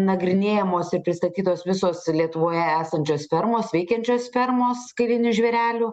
nagrinėjamos ir pristatytos visos lietuvoje esančios fermos veikiančio fermos kailinių žvėrelių